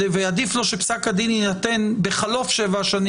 ועדיף לו שפסק הדין יינתן בחלוף שבע השנים